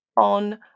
on